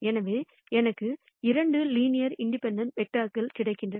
எனவே எனக்கு 2 linear independent vectors கிடைக்கின்றன